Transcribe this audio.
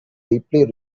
deeply